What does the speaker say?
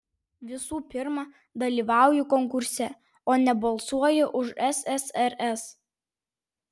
visų pirma dalyvauju konkurse o ne balsuoju už ssrs